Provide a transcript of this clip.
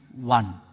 one